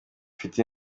mfite